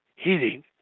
heating